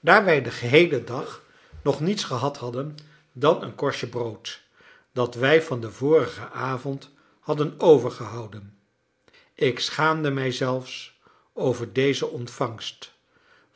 wij den geheelen dag nog niets gehad hadden dan een korstje brood dat wij van den vorigen avond hadden overgehouden ik schaamde mij zelfs over deze ontvangst